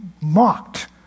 mocked